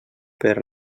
per